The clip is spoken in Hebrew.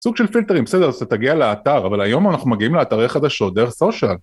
סוג של פילטרים בסדר, אז אתה תגיע לאתר, אבל היום אנחנו מגיעים לאתרי חדשות דרך סושיאל.